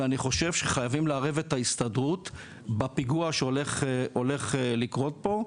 ואני חושב שחייבים לערב את ההסתדרות בפיגוע שהולך לקרות פה,